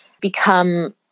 become